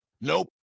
Nope